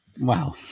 Wow